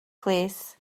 plîs